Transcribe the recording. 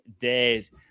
days